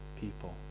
people